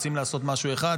רוצים לעשות משהו אחד,